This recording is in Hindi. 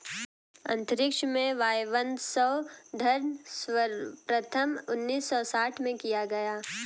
अंतरिक्ष में वायवसंवर्धन सर्वप्रथम उन्नीस सौ साठ में किया गया